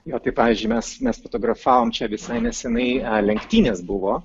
jo tai pavyzdžiui mes mes fotografavom čia visai neseniai lenktynės buvo